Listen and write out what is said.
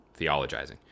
theologizing